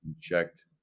checked